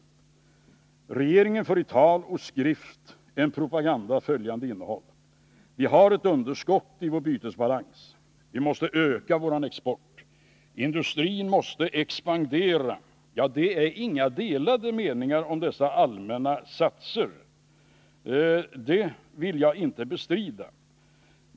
Regeringen gör i tal och skrift propaganda av följande innehåll: Vi har ett underskott i vår bytesbalans, vi måste öka vår export, industrin måste expandera. — Ja, det är inga delade meningar om dessa allmänna satser. Jag vill alltså inte bestrida dem.